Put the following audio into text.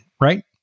right